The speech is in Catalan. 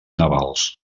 navals